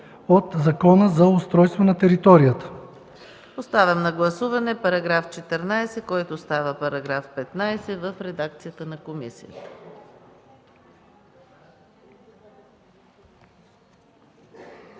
от Закона за устройство на територията.”